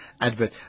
advert